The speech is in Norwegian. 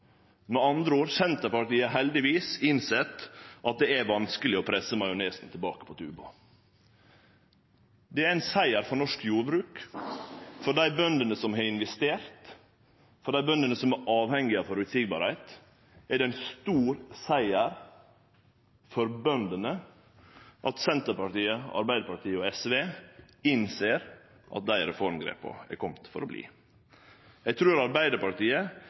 Med andre ord: Senterpartiet har heldigvis innsett at det er vanskeleg å presse majonesen tilbake på tuben. Det er ein siger for norsk jordbruk. For dei bøndene som har investert, for dei bøndene som er avhengige av føreseielegheit, er det ein stor siger at Senterpartiet, Arbeidarpartiet og SV innser at dei reformgrepa er komne for å verte verande. Eg trur Arbeidarpartiet